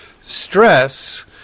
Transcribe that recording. stress